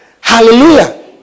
Hallelujah